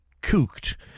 cooked